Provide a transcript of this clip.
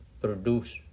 produce